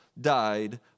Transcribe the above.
died